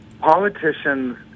politicians